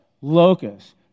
locusts